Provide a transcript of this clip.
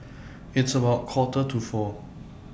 its about Quarter to four